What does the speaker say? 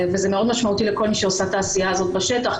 זה משמעותי מאוד לכל מי ששותפה לעשייה הזאת בשטח.